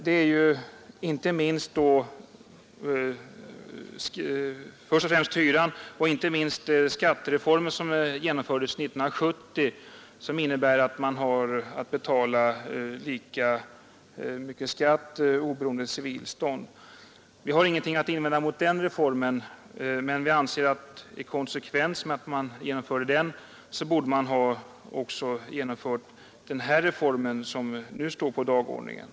Det är då först och främst hyran, men också skattereformen som genomfördes 1970 och som innebär att man har att betala lika skatt oberoende av civilstånd. Vi har ingenting att invända mot den reformen, men vi anser att i konsekvens med att riksdagen genomförde den borde man ha genomfört den reform som nu står på dagordningen.